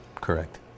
Correct